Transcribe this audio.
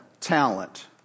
talent